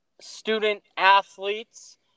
student-athletes